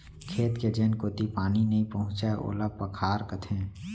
खेत के जेन कोती पानी नइ पहुँचय ओला पखार कथें